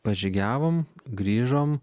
pažygiavom grįžom